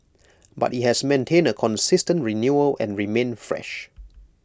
but IT has maintained A consistent renewal and remained fresh